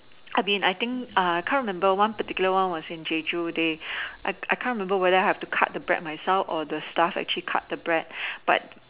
I mean I think uh can't remember one particular one was in Jeju they I can't remember if I have to cut the bread myself or the staff actually cut the bread but